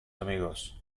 amigos